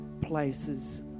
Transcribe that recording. places